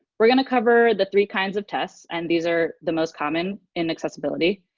we're going to cover the three kinds of tests, and these are the most common in accessibility.